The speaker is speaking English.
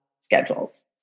schedules